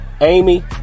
Amy